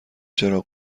چراغ